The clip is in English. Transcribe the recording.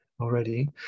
already